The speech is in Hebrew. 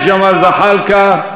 תודה לחבר הכנסת ג'מאל זחאלקה.